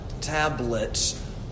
tablets